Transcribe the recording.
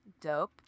Dope